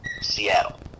Seattle